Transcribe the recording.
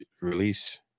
release